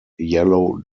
yellow